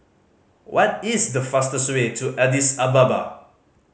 what is the fastest way to Addis Ababa